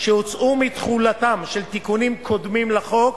שהוצאו מתחולתם של תיקונים קודמים לחוק